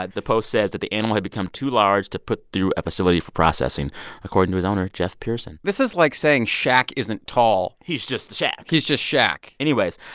the post says that the animal had become too large to put through a facility for processing according to his owner, geoff pearson this is like saying shaq isn't tall. he's just the shaq he's just shaq anyways,